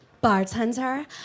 Bartender